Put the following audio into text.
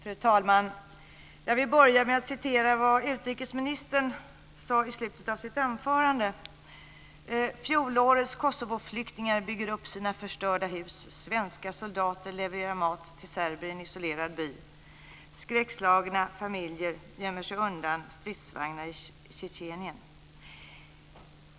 Fru talman! Jag vill börja med att citera vad utrikesministern sade i slutet av sitt anförande: "Fjolårets Kosovoflyktingar bygger upp sina förstörda hus. Svenska soldater levererar mat till serber i en isolerad by. Skräckslagna familjer gömmer sig undan stridsvagnar i Tjetjenien."